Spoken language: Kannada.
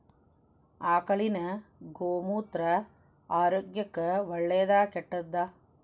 ಆಕಳಿನ ಗೋಮೂತ್ರ ಆರೋಗ್ಯಕ್ಕ ಒಳ್ಳೆದಾ ಕೆಟ್ಟದಾ?